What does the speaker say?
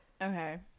Okay